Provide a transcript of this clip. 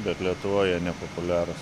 bet lietuvoj jie nepopuliarūs